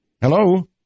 Hello